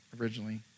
originally